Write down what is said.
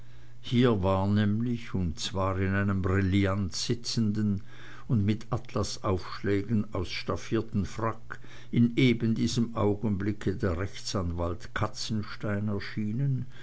hier war nämlich und zwar in einem brillant sitzenden und mit atlasaufschlägen ausstaffierten frack in eben diesem augenblicke der rechtsanwalt katzenstein erschienen